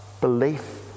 belief